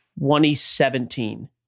2017